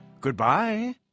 Goodbye